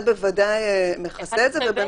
זה בוודאי מכסה את זה.